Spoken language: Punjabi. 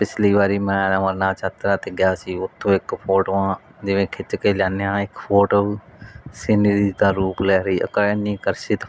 ਪਿਛਲੀ ਵਾਰੀ ਮੈਂ ਅਮਰਨਾਥ ਯਾਤਰਾ 'ਤੇ ਗਿਆ ਸੀ ਉੱਥੋਂ ਇੱਕ ਫੋਟੋਆਂ ਜਿਵੇਂ ਖਿੱਚ ਕੇ ਲਿਆਉਂਦੇ ਹਾਂ ਇੱਕ ਫੋਟੋ ਸੀਨਰੀ ਦਾ ਰੂਪ ਲੈ ਰਹੀ ਇੱਕ ਇੰਨੀ ਆਕਰਸ਼ਿਤ